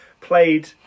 played